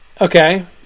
Okay